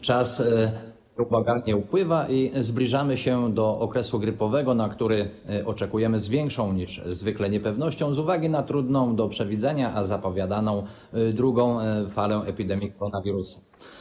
Czas nieubłaganie upływa i zbliżamy się do okresu grypowego, którego oczekujemy z większą niż zwykle niepewnością z uwagi na trudną do przewidzenia, a zapowiadaną drugą falę epidemii koronawirusa.